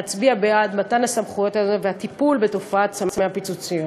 להצביע בעד מתן הסמכויות האלה והטיפול בתופעת סמי הפיצוציות.